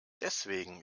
deswegen